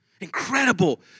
Incredible